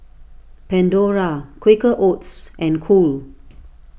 Pandora Quaker Oats and Cool